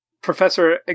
Professor